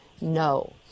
no